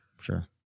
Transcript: Sure